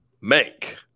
Make